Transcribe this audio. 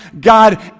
God